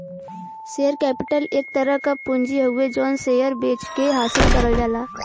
share capital एक तरह क पूंजी हउवे जौन शेयर बेचके हासिल करल जाला